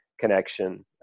connection